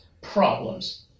problems